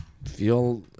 feel